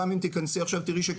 גם אם תיכנסי עכשיו תראי שכתוב.